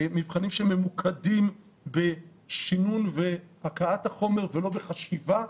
מבחנים שממוקדים בשינון והקאת החומר ולא בחשיבה.